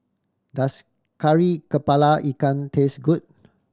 does Kari Kepala Ikan taste good